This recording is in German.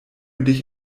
dich